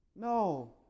No